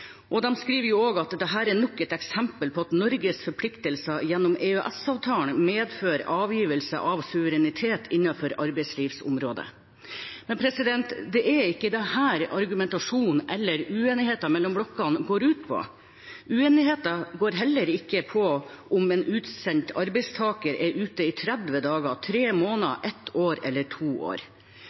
skriver også at «dette er nok et eksempel på at Norges forpliktelser gjennom EØS-avtalen medfører avgivelse av suverenitet innenfor arbeidslivsområdet». Det er ikke dette som argumentasjonen og uenigheten mellom blokkene går ut på. Uenigheten handler heller ikke om hvorvidt en utsendt arbeidstaker er ute i 30 dager, tre måneder, ett år eller to år.